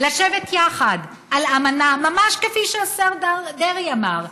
לשבת יחד על אמנה ממש כפי שהשר דרעי אמר: